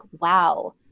wow